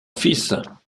fils